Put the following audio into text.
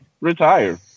retire